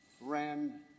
ran